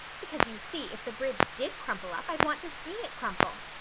because, you see, if the bridge did crumple up i'd want to see it crumple.